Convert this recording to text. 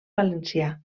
valencià